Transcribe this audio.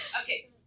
Okay